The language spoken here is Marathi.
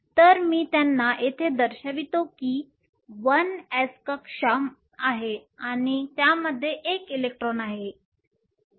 तर मी त्यांना येथे दर्शवितो की 1s कक्षा आहे आणि त्यामध्ये 1 इलेक्ट्रॉन आहे